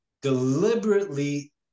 deliberately